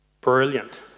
Brilliant